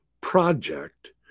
project